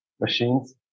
machines